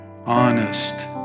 honest